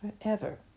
forever